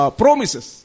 promises